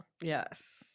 Yes